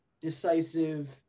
decisive